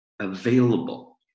available